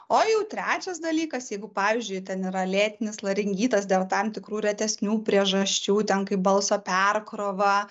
o jau trečias dalykas jeigu pavyzdžiui ten yra lėtinis laringitas dėl tam tikrų retesnių priežasčių ten kaip balso perkrova